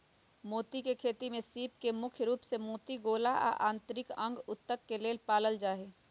मोती के खेती में सीप के मुख्य रूप से मोती गोला आ आन्तरिक अंग उत्तक के लेल पालल जाई छई